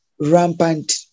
rampant